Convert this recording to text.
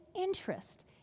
interest